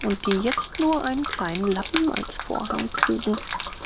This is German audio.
und die jetzt nur einen kleinen lappen als vorhang trugen